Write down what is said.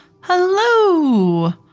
Hello